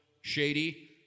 shady